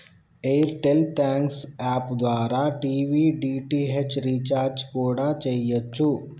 air tell thanks app ద్వారా TV DTH recharge కూడా చెయ్యచ్చు